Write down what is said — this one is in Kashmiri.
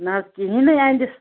نہ حظ کِہیٖنۍ نے اَندٮ۪س